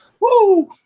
Woo